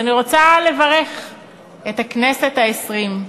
אני רוצה לברך את הכנסת העשרים.